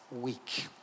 week